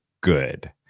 good